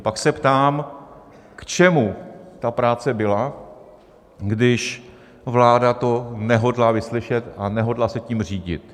Pak se ptám, k čemu ta práce byla, když vláda to nehodlá vyslyšet a nehodlá se tím řídit.